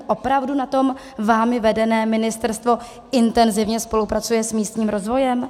Opravdu na tom vámi vedeném ministerstvu intenzivně spolupracujete s místním rozvojem?